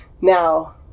Now